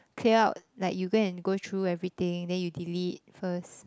clear up like you go and go through everything then you delete first